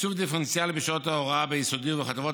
תקצוב דיפרנציאלי בשעות הוראה ביסודי ובחטיבות